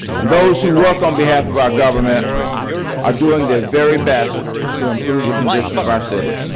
and those who work on behalf of our government are doing their very best to improve the condition of our city.